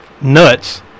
nuts